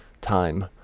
Time